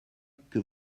que